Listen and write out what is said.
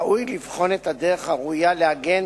ראוי לבחון את הדרך הראויה להגן